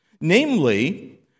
Namely